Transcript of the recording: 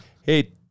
hey